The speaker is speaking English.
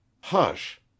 Hush